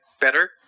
better